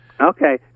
Okay